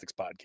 podcast